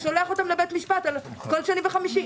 שולח אותם לבית משפט כל שני וחמישי.